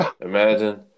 Imagine